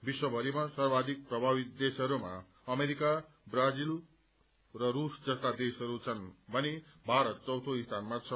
विश्वभरिमा सर्वाधिक प्रभावित देशहरूमा अमेरिका ब्राजील र रूस जस्ता देशहरू छन् भने भारत चौयो स्थानमा छ